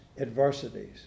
adversities